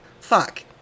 fuck